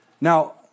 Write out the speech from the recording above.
Now